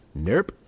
Nerp